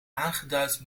aangeduid